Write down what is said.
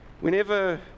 Whenever